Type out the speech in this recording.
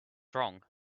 wrong